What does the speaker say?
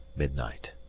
midnight.